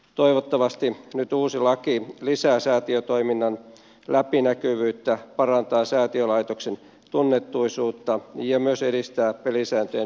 toivottavasti nyt uusi laki lisää säätiötoiminnan läpinäkyvyyttä parantaa säätiölaitoksen tunnettuisuutta ja myös edistää pelisääntöjen noudattamista